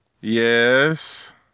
Yes